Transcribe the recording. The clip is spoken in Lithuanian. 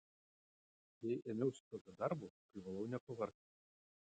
jei ėmiausi tokio darbo privalau nepavargti